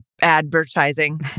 advertising